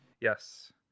Yes